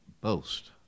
boast